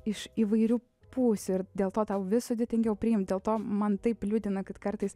iš įvairių pusių ir dėl to tau vis sudėtingiau priimt dėl to man taip liūdina kad kartais